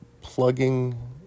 plugging